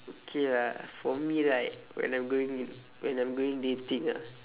okay lah for me right when I'm going d~ when I'm going dating ah